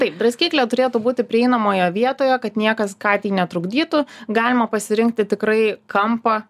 taip draskyklė turėtų būti prieinamoje vietoje kad niekas katei netrukdytų galima pasirinkti tikrai kampą